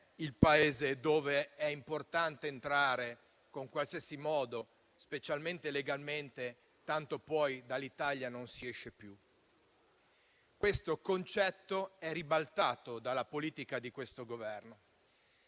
il Paese dove è importante entrare in qualsiasi modo, specialmente illegalmente, tanto poi dall'Italia non si esce più. Questo concetto è ribaltato dalla politica del Governo,